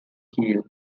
kiel